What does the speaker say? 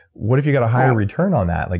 what if you got a higher return on that? like